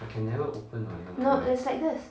no it's like this